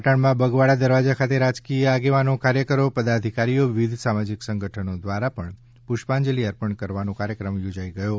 પાટણમાં બગવાડા દરવાજા ખાતે રાજકીય આગેવાનો કાર્યકરો પદાધિકારીઓ વિવિધ સામાજીક સંગઠનો દ્વારા પુષ્પાંજલી અર્પણ કાર્યક્રમ યોજાયો હતો